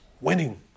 winning